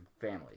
family